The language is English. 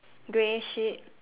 grey sheep